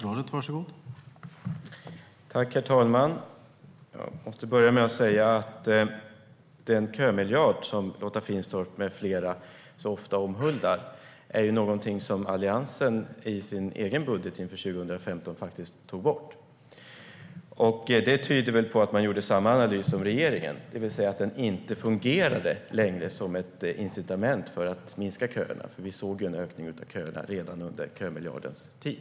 Herr talman! Den kömiljard som Lotta Finstorp med flera ofta omhuldar tog Alliansen bort i sin egen budget inför 2015. Det tyder väl på att man gjorde samma analys som regeringen, det vill säga att den inte längre fungerade som ett incitament för att minska köerna. Vi såg en ökning av köerna redan under kömiljardens tid.